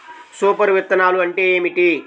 Super విత్తనాలు అంటే ఏమిటి?